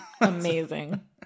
Amazing